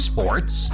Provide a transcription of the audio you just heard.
Sports